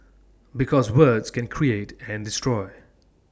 because words can create and destroy